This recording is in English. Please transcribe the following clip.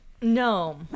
No